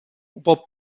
bob